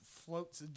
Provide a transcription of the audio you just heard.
floats